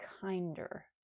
kinder